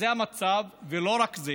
זה המצב, ולא רק זה